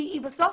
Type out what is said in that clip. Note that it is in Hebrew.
כי בסוף,